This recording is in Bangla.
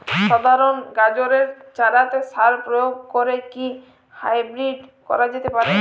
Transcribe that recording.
সাধারণ গাজরের চারাতে সার প্রয়োগ করে কি হাইব্রীড করা যেতে পারে?